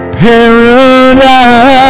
paradise